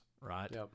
right